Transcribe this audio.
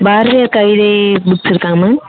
பாரதியார் கவிதை புக்கு இருக்காங்க மேம்